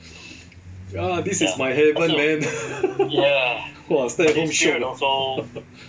ya this is my heaven man !wah! stay at home shiok you know